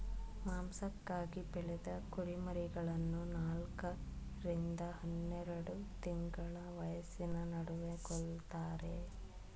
ಮಾಂಸಕ್ಕಾಗಿ ಬೆಳೆದ ಕುರಿಮರಿಗಳನ್ನು ನಾಲ್ಕ ರಿಂದ ಹನ್ನೆರೆಡು ತಿಂಗಳ ವಯಸ್ಸಿನ ನಡುವೆ ಕೊಲ್ತಾರೆ